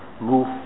move